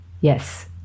Yes